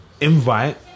invite